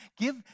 Give